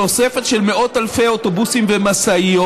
תוספת של מאות אלפי אוטובוסים ומשאיות,